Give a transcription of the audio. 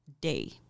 day